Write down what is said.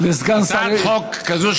הצעת חוק כזאת,